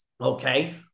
okay